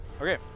Okay